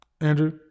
Andrew